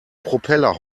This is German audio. propeller